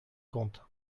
compte